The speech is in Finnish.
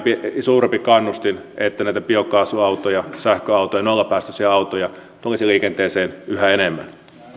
suurempi kannustin että näitä biokaasuautoja sähköautoja nollapäästöisiä autoja tulisi liikenteeseen yhä enemmän